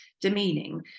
demeaning